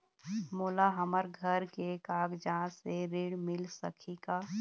मोला हमर घर के कागजात से ऋण मिल सकही का?